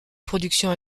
production